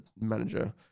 manager